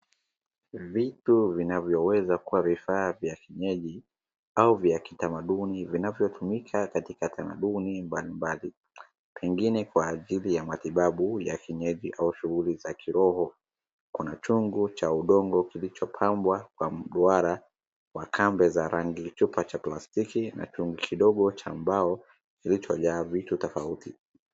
Viti vinavyoweza kuwa vifaa vya kienyeji au vya kitamaduni vinavyotumika katika tamaduni mbalimbali, pengine Kwa ajili ya matibabu ya kienyeji au shughuli za kiroho, Kuna chungu cha udongo kilichopambwa Kwa mduara wa kabe za rangi chupa cha plastiki na chungu kidogo Cha mbao kilichojaa vitu tofauti.